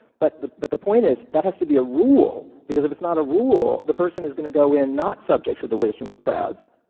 but the but the point is, that has to be a rule because if it's not a rule, the person is going to go in not subject to the wisdom of crowds,